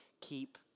keep